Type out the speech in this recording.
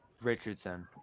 Richardson